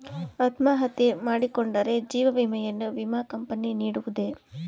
ಅತ್ಮಹತ್ಯೆ ಮಾಡಿಕೊಂಡರೆ ಜೀವ ವಿಮೆಯನ್ನು ವಿಮಾ ಕಂಪನಿ ನೀಡುವುದೇ?